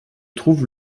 trouve